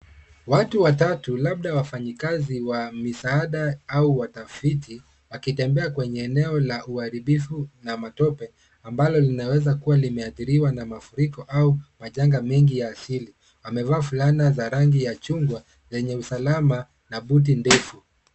Watu watatu, labda wafanyikazi wa misaada au watafiti, wakitembea kwenye eneo lenye uharibifu na matope, ambalo linaweza kuwa limeathiriwa na mafuriko au majanga mengine ya asili. Wamevaa fulana za rangi ya chungwa zenye alama za usalama na buti ndefu.